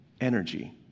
energy